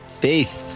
Faith